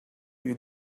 you